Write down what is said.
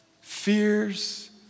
Fears